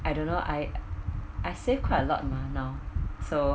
I don't know I I saved quite a lot mah now so